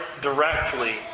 directly